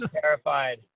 terrified